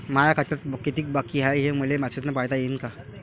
माया खात्यात कितीक बाकी हाय, हे मले मेसेजन पायता येईन का?